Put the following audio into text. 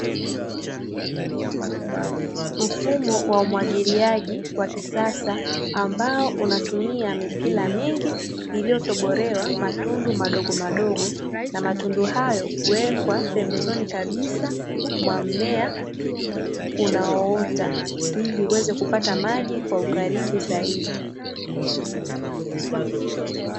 Mfumo wa umwagiliaji wa kisasa ambao unatumia mipira mingi iliyotobolewa matundu madogomadogo, na matundu hayo huwekwa pembezoni kabisa mwa mmea unaoota, ili uweze kupata maji kwa ukaribu zaidi.